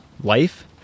life